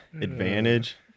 advantage